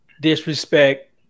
disrespect